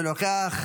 אינו נוכח.